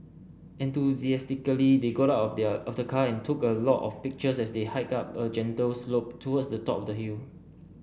enthusiastically they got out of their of the car and took a lot of pictures as they hiked up a gentle slope towards the top of the hill